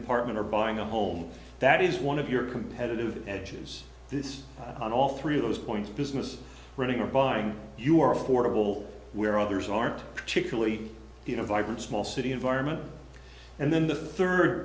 apartment or buying a home that is one of your competitive edge is this on all three of those points business running or buying you are affordable where others aren't particularly in a vibrant small city environment and then the third